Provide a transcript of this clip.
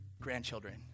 grandchildren